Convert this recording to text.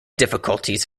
difficulties